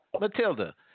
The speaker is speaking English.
Matilda